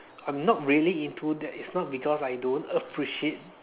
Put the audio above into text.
I am not really into that is not because I don't appreciate